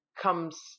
comes